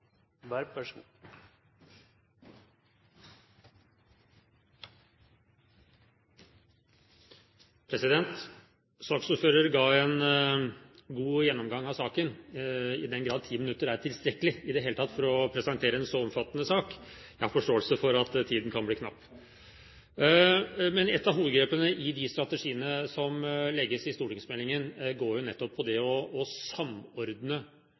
tilstrekkelig i det hele tatt for å presentere en så omfattende sak. Jeg har forståelse for at tiden kan bli knapp. Et av hovedgrepene i de strategiene som legges i stortingsmeldingen, går nettopp på å samordne innsatsen fra offentlig side, og man legger også inn næringslivets rolle i å